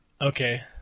okay